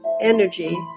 energy